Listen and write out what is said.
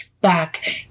back